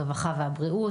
הרווחה והבריאות,